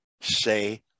say